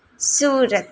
Surat